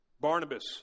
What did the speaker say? Barnabas